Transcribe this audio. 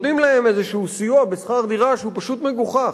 נותנים להם איזשהו סיוע בשכר דירה שהוא פשוט מגוחך.